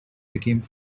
became